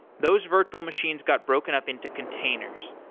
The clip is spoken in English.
those virtual machines got broken up into containers,